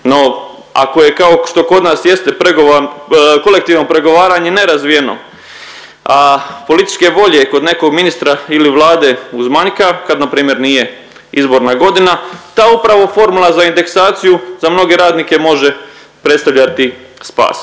No, ako je kao što kod nas jeste, kolektivno pregovaranje nerazvijeno, a političke volje kod nekog ministra ili Vlade uzmanjka kad npr. nije izborna godina, ta upravo formula za indeksaciju za mnoge radnike može predstavljati spas.